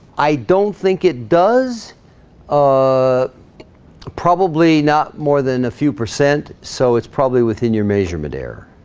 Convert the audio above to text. i don't think it does ah probably not more than a few percent so it's probably within your measurement error